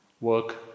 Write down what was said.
work